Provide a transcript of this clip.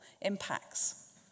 impacts